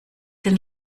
den